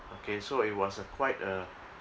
okay so it was a quite a